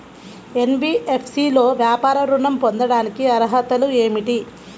NBFC లో వ్యాపార ఋణం పొందటానికి అర్హతలు ఏమిటీ?